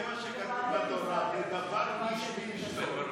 זה מה שכתוב בתורה, ודבק איש באשתו.